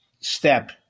step